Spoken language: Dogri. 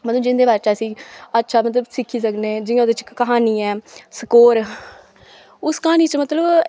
मतलब जिंदे बारे च अस अच्छा मतलब सिक्खी सकने जियां ओह्दे च इक क्हानी ऐ स्कोर उस क्हानी च मतलब